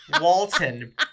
Walton